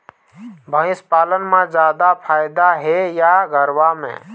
भंइस पालन म जादा फायदा हे या गरवा में?